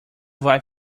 vai